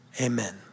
Amen